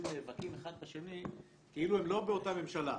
נאבקים אחד בשני כאילו הם לא באותה ממשלה.